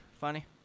Funny